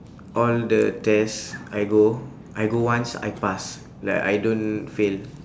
all the test I go I go once I pass like I don't fail